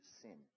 sin